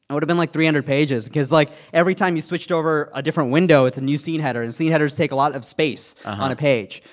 and would have been, like, three hundred pages because, like, every time you switched over a different window, it's a new scene header. and scene headers take a lot of space on a page.